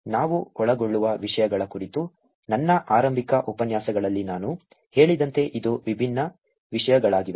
ಆದ್ದರಿಂದ ನಾವು ಒಳಗೊಳ್ಳುವ ವಿಷಯಗಳ ಕುರಿತು ನನ್ನ ಆರಂಭಿಕ ಉಪನ್ಯಾಸಗಳಲ್ಲಿ ನಾನು ಹೇಳಿದಂತೆ ಇದು ವಿಭಿನ್ನ ವಿಷಯಗಳಾಗಿವೆ